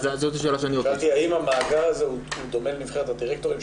אז זאת השאלה שאני --- שאלתי האם המאגר הזה דומה לנבחרת הדירקטורים,